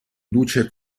luce